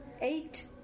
Eight